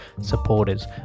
supporters